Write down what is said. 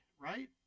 right